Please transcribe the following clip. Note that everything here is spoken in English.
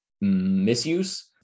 misuse